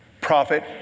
Prophet